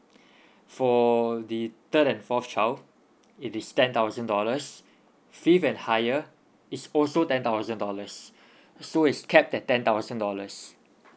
for the third and fourth child it is ten thousand dollars fifth and higher is also ten thousand dollars so it's capped at ten thousand dollars